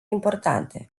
importante